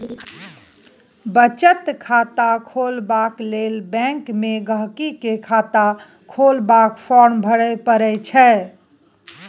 बचत खाता खोलबाक लेल बैंक मे गांहिकी केँ खाता खोलबाक फार्म भरय परय छै